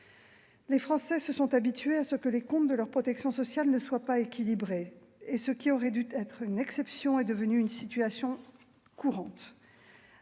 Les Français se sont habitués à ce que les comptes de leur protection sociale ne soient pas équilibrés. Ce qui aurait dû être l'exception est devenu situation courante.